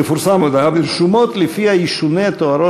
תפורסם הודעה ברשומות שלפיה ישונה תוארו